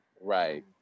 Right